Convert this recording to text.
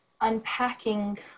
unpacking